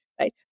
Right